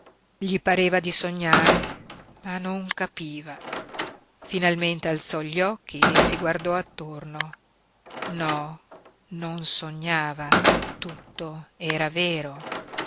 gli pareva di sognare ma non capiva finalmente alzò gli occhi e si guardò attorno no non sognava tutto era vero